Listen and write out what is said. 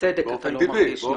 ובצדק אתה לא מרגיש בנוח.